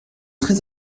très